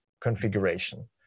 configuration